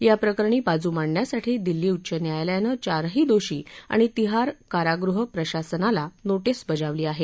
याप्रकरणी बाजू मांडण्यासाठी दिल्ली उच्च न्यायालयाने चारही दोषी आणि तिहार कारागृह प्रशासनाला नोटीस बजावली आहे